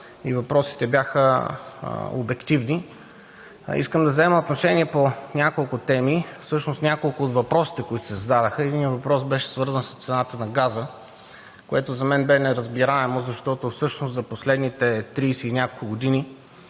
и въпросите бяха обективни. Искам да взема отношение по няколко теми, всъщност по няколко от въпросите, които се зададоха. Единият въпрос беше свързан с цената на газа, което за мен бе неразбираемо, защото всъщност за последните 30 и